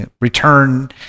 return